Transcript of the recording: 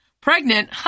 Pregnant